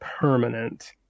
permanent